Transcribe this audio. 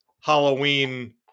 Halloween